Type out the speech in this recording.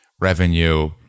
revenue